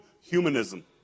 humanism